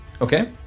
Okay